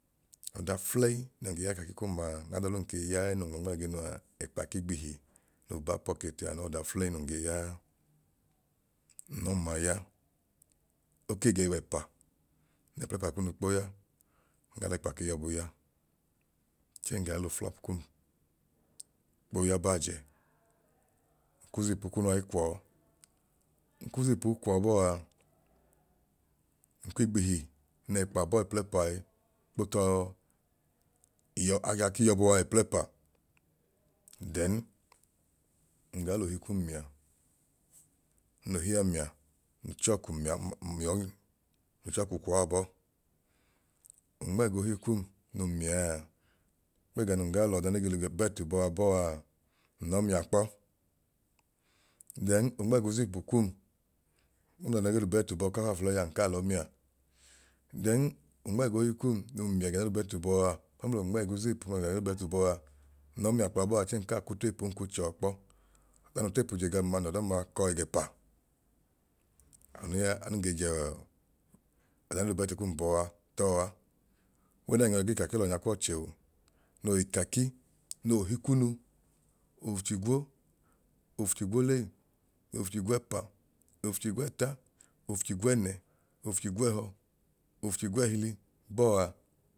Ọda fulẹyi nun ge ya ikaki kum maa n'adọlum kei ya ẹẹ nun nwu nmẹẹginuaa ẹkpa k'igbihi n'owu back pocket a anu w'ọda fulẹyi nun ge yaa, nlọma ya oke ge w'ẹpa, nlẹ plẹpa kunu kpoya ngaa l'ẹkpa kiyọbu ya chẹẹ ngaa l'uflọp kum kpoya baajẹ nkw'uzipu kunu a kwọọ. Nkw'uzipuu kwọọ bọaa nkwigbihi n'ẹẹkpa bọọ ẹplẹpaa u kpotọọ iyọ aga k'iyọbu a ẹplẹpa then nga l'ohi kum mia, nl'ohia mia nl'uchọọku mia miọ nl'uchọku kwọọ abọọ. n'nmẹẹgohi kum nun mia aa nmẹ ẹga nun gaa l'ọda ne ge l'ubẹlt bọọ bọọaa, nlọ mia kpọ then onmẹ ẹgu zipu kum mẹ ml'ọda ne ge l'ubẹlt bọọ ka faafulẹyi aa nkaa lọ mia, then onmẹ ẹg'ohi kum num mia ẹga nei l'ubẹlti bọọa mẹml'onmẹ ẹgu zipu unu ẹga nei l'ubẹlt bọọaa nlọ mia kwọ wabọa chẹẹ nkaa k'utepuu nku chọọ kpọ ọda n'utepu je gam ma nl'ọdọma kọ ẹgẹpa anu ya anun ge jọọ ọda nei l'ubẹlt kum bọọ a tọọ a. Weather n'yọi g'ikaki l'ọnyakwọchẹ oo noo ikaki n'ohi kunu ofuchigwo, ofuchigwolei, ofuchigwẹẹpa, ofuchigwẹẹta ofuchigẹẹne, ofuchigwẹẹhọ ofuchigẹẹhili bọọ a